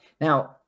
Now